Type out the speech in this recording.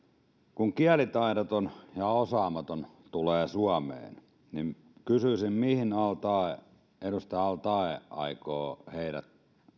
kun kielitaidoton ja osaamaton tulee suomeen niin kysyisin mihin edustaja al taee aikoo heidät